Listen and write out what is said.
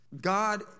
God